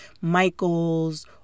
Michael's